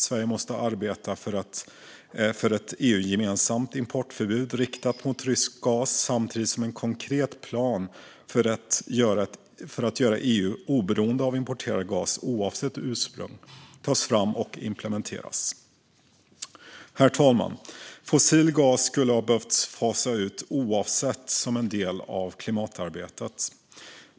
Sverige måste arbeta för ett EU-gemensamt importförbud riktat mot rysk gas, samtidigt som en konkret plan för att göra EU oberoende av importerad gas oavsett ursprung tas fram och implementeras. Herr talman! Fossil gas skulle ha behövt fasas ut i vilket fall som helst, som en del av klimatarbetet.